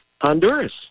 Honduras